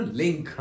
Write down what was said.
link